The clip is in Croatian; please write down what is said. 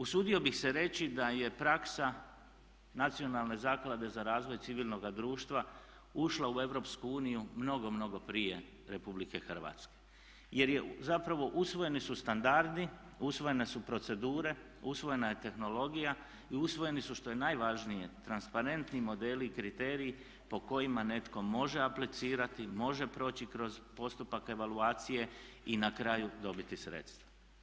Usudio bih se reći da je praksa Nacionalne zaklade za razvoj civilnoga društva ušla u EU mnogo, mnogo prije Republike Hrvatske jer zapravo usvojeni su standardi, usvojene su procedure, usvojena je tehnologija i usvojeni su što je najvažnije transparentni modeli i kriteriji po kojima netko može aplicirati, može proći kroz postupak evaluacije i na kraju dobiti sredstva.